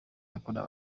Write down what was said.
yakorewe